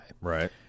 Right